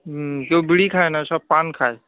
হুম কেউ বিড়ি খায় না সব পান খায়